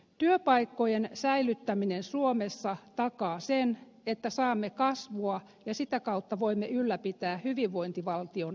työpaikkojen säilyttäminen suomessa takaa sen että saamme kasvua ja sitä kautta voimme ylläpitää hyvinvointivaltion palveluita